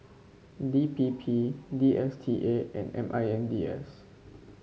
D P P D S T A and M I N D S